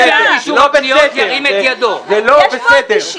השטח, יש ריפודי עור, ויש עוד facilities.